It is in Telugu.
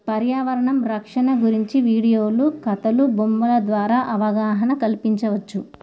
పర్యావరణం రక్షణ గురించి వీడియోలు కథలు బొమ్మల ద్వారా అవగాహన కల్పించవచ్చు